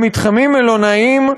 למתחמים מלונאיים,